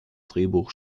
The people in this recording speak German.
drehbuch